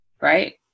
right